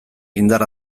indar